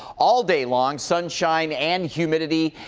all day long, sunshine and humidity.